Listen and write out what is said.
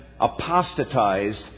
apostatized